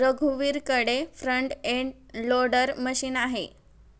रघुवीरकडे front end loader machine आहे